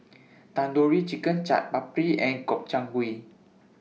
Tandoori Chicken Chaat Papri and Gobchang Gui